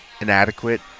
inadequate